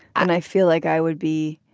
and i feel like i would be.